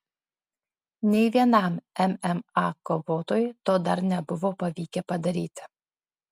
nei vienam mma kovotojui to dar nebuvo pavykę padaryti